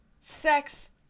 sex